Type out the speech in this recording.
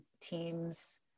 team's